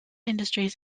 industries